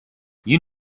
you